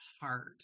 heart